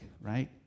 right